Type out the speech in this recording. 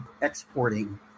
exporting